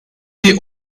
die